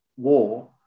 War